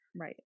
Right